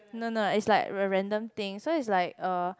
no no it's like a random thing so it's like uh